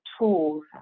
tools